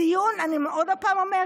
אני אומרת עוד פעם,